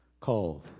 called